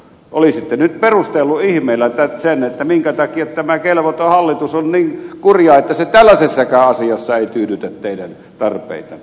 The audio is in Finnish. olisitte nyt perustellut ihmeellä sen että minkä takia tämä kelvoton hallitus on niin kurja että se tällaisessakaan asiassa ei tyydytä teidän tarpeitanne